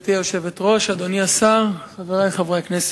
גברתי היושבת-ראש, אדוני השר, חברי חברי הכנסת,